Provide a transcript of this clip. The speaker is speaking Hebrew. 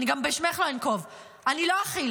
אני גם בשמך לא אנקוב, אני לא אכיל.